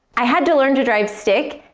i had to learn to drive stick,